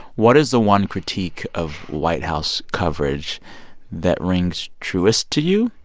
what is the one critique of white house coverage that rings truest to you?